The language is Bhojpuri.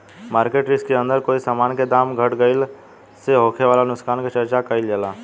मार्केट रिस्क के अंदर कोई समान के दाम घट गइला से होखे वाला नुकसान के चर्चा काइल जाला